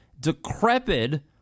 decrepit